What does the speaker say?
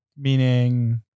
Meaning